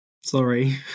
Sorry